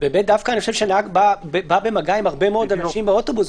ובי"ת, הנהג בא במגע עם הרבה מאוד אנשים באוטובוס.